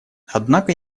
однако